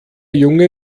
junge